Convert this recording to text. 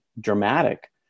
dramatic